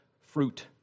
fruit